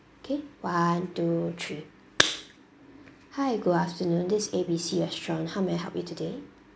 K one two three hi good afternoon this A B C restaurant how may I help you today